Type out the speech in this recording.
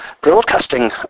broadcasting